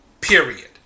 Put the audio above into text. Period